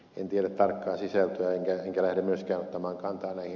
en tiedä tarkkaa sisältöä enkä lähde myöskään ottamaan kantaa ed